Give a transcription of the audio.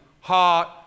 heart